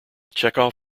chekhov